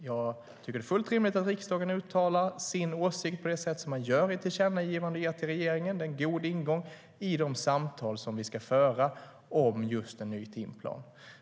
Jag tycker att det är fullt rimligt att riksdagen uttalar sin åsikt på det sätt som man gör i ett tillkännagivande till regeringen. Det är en god ingång i de samtal som vi ska föra om just en ny timplan.